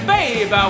Babe